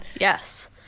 Yes